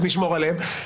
אז נשמור עליהם,